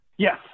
Yes